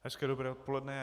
Hezké dobré odpoledne.